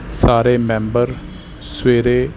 ਸਾਰੇ ਮੈਂਬਰ ਸਵੇਰੇ